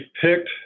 picked